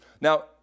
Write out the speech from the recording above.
Now